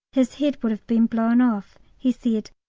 his head would have been blown off. he said,